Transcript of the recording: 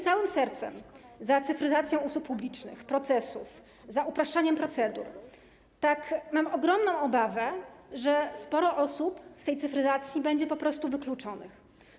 Całym sercem popieram cyfryzację usług publicznych, procesów, upraszczanie procedur, ale mam ogromną obawę, że sporo osób w wyniku tej cyfryzacji będzie po prostu wykluczonych.